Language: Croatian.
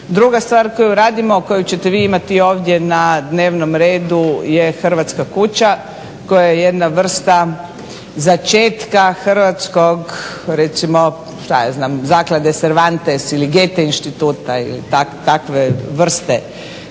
Druga stvar koju radimo, koju ćete vi imati ovdje na dnevnom redu je hrvatska kuća koja je jedna vrsta začetka hrvatskog recimo šta ja znam Zaklade Servantes ili Goethe instituta ili takve vrste